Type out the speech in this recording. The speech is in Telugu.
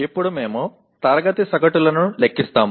ఇప్పుడు మేము తరగతి సగటులను లెక్కిస్తాము